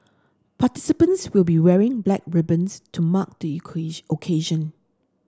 participants will be wearing black ribbons to mark the occasion